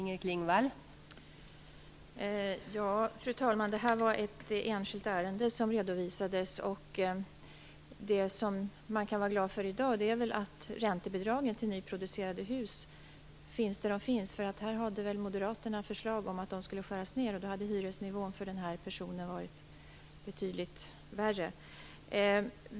Fru talman! Det var ett enskilt ärende som redovisades här. Det man kan vara glad för i dag är väl att räntebidragen till nyproducerade hus finns där de finns. Moderaterna hade förslag om att de skulle skäras ned, och då hade hyresnivån för den här personen varit betydligt högre.